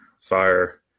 Fire